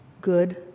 good